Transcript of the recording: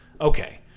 Okay